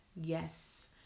Yes